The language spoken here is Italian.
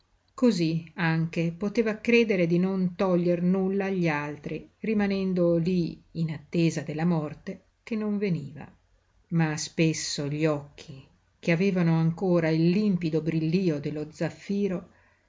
cosí anche poteva credere di non toglier nulla agli altri rimanendo lí in attesa della morte che non veniva ma spesso gli occhi che avevano ancora il limpido brillío dello zaffiro